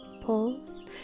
pause